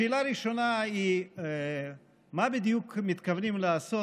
השאלה הראשונה: מה בדיוק מתכוונים לעשות?